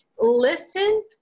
listen